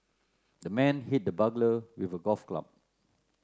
the man hit the burglar with a golf club